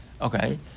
okay